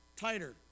tighter